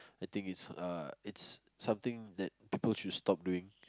I think it's uh it's something that people should stop doing